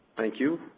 thank you.